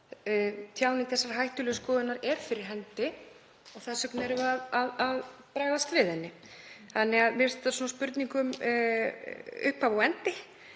Tjáning þessarar hættulegu skoðunar er fyrir hendi og þess vegna erum við að bregðast við henni. Þannig að mér finnst þetta vera spurning um upphaf og endi,